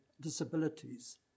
disabilities